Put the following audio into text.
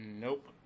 Nope